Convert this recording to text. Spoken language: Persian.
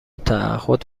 تعهد